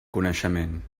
coneixement